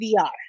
vr